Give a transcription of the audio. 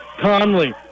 Conley